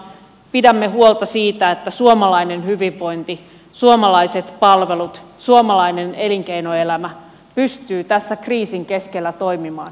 pidämme huolta siitä että suomalainen hyvinvointi suomalaiset palvelut ja suomalainen elinkeinoelämä pystyvät tässä kriisin keskellä toimimaan